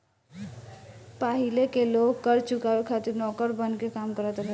पाहिले के लोग कर चुकावे खातिर नौकर बनके काम करत रहले